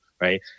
right